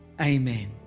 amen.